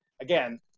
again